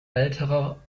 älterer